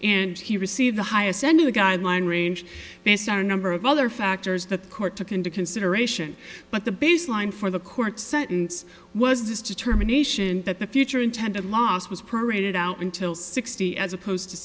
and he received the highest sending the guideline range based on a number of other factors that the court took into consideration but the baseline for the court sentence was this determination that the future intent of loss was paraded out until sixty as opposed to